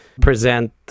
present